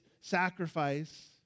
sacrifice